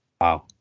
Wow